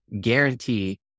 guarantee